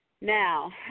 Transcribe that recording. Now